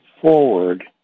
forward